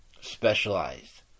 specialized